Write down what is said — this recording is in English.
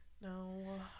No